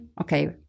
okay